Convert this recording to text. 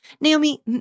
Naomi